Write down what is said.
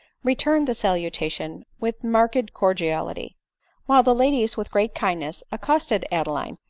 returned the salutation with marked cordiality while the ladies with great kindness accosted adeline,